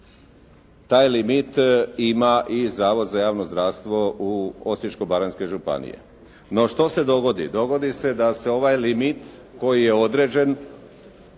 Taj limit ima i Zavod za javno zdravstvo Osječko-baranjske županije. No, što se dogodi? Dogodi se da se ovaj limit koji je određen